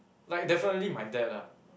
like definitely my dad lah